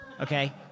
Okay